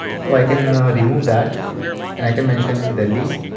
so i can remove that and i can mention delhi,